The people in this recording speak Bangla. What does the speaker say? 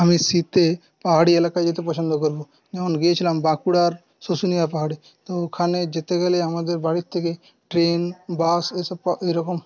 আমি শীতে পাহাড়ি এলাকায় যেতে পছন্দ করব যেমন গিয়েছিলাম বাঁকুড়ার শুশুনিয়া পাহাড়ে তো ওখানে যেতে গেলে আমাদের বাড়ি থেকে ট্রেন বাস এই সব এই রকম